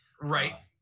Right